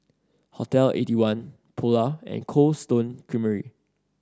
Hotel Eighty one Polar and Cold Stone Creamery